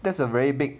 that's a very big